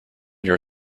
your